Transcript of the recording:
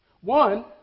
one